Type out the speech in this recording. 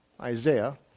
Isaiah